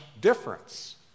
difference